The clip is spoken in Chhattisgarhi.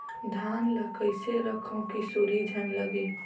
धान ल कइसे रखव कि सुरही झन लगे?